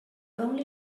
only